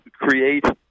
create